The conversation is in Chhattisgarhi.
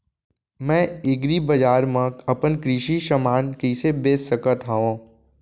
मैं एग्रीबजार मा अपन कृषि समान कइसे बेच सकत हव?